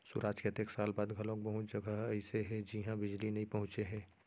सुराज के अतेक साल बाद घलोक बहुत जघा ह अइसे हे जिहां बिजली नइ पहुंचे हे